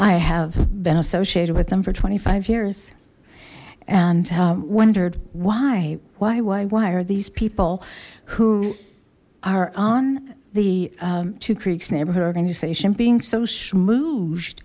i have been associated with them for twenty five years and wondered why why why why are these people who are on the two creeks neighborhood organization being so